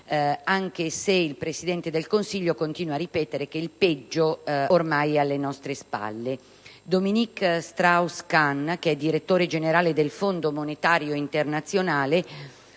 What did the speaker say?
anche se il Presidente del Consiglio continua a ripetere che il peggio ormai è alle nostre spalle. Anche Dominique Strauss-Kahn, direttore generale del Fondo monetario internazionale,